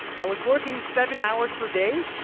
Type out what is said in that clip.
i was working seven hours per day,